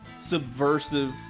subversive